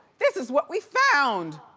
this is what we found.